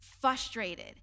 frustrated